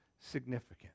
significant